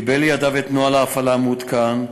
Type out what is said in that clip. וקיבל לידיו את נוהל ההפעלה המעודכן,